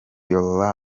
your